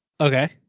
Okay